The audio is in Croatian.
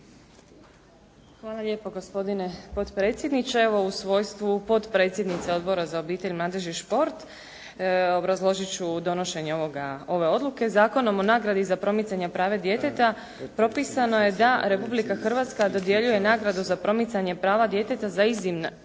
Hvala lijepo. Gospodine potpredsjedniče. Evo u svojstvu potpredsjednice Odbora za obitelj, mladež i šport obrazložit ću donošenje ove odluke. Zakonom o nagradi za promicanja prava djeteta, propisano je Republika Hrvatska dodjeljuje nagradu za promicanje prava djeteta za iznimna